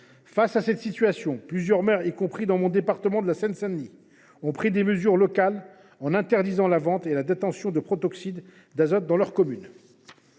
Face à cette situation, plusieurs maires, y compris dans le département dont je suis élu, la Seine Saint Denis, ont pris des mesures locales, en interdisant la vente et la détention de protoxyde d’azote dans leur commune.